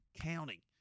County